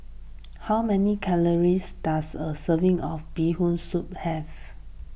how many calories does a serving of Bee Hoon Soup have